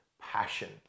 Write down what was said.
passion